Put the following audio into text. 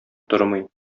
тормый